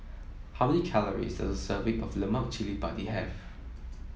how many calories does a serving of Lemak Cili Padi have